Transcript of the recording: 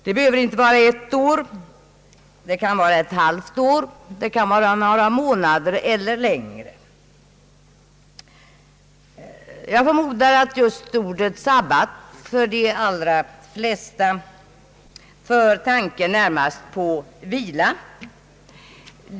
Det behöver inte vara ett år, det kan vara ett halvt år, det kan vara några månader eller längre. Jag förmodar att just ordet sabbat för de allra flesta närmast för tanken på vila.